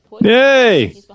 Yay